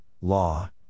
law